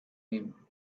him